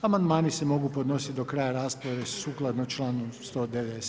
Amandmani se mogu podnositi do kraja rasprave sukladno članku 197.